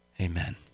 Amen